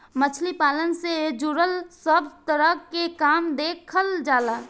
मछली पालन से जुड़ल सब तरह के काम देखल जाला